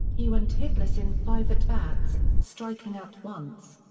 he went hitless in five at bats, striking out once.